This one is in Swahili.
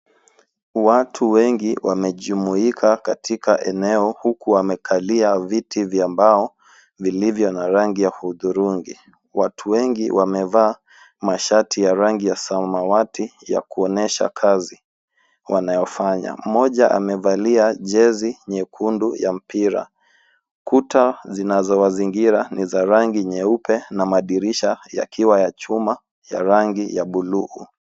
Watu wengi wamejumuika katika eneo huku wamekalia viti vya mbao vilivyo na rangi ya hudhurungi. Watu wengi wamevaa mashati ya rangi ya samawati ya kuonyesha kazi wanayofanya. Mmoja amevalia jezi nyekundu ya mpira. Kuta zinazowazingira ni za rangi nyeupe na madirisha yakiwa ya chuma ya rangi ya bluu.